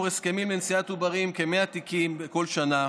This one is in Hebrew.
הסכמים לנשיאת עוברים כ-100 תיקים בכל שנה,